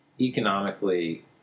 economically